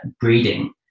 breeding